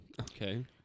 Okay